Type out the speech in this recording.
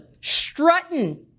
strutting